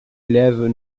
élèves